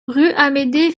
amédée